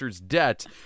debt